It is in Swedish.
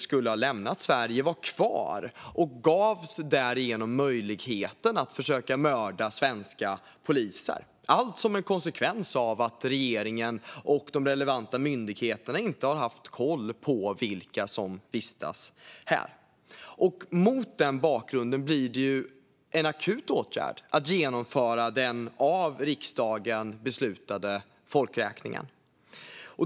Han skulle alltså ha lämnat Sverige men var kvar och gavs därigenom möjligheten att försöka mörda svenska poliser - allt som en konsekvens av att regeringen och de relevanta myndigheterna inte har haft koll på vilka som vistas här. Mot den bakgrunden blir det en akut åtgärd att genomföra den av riksdagen beslutade folkräkningen.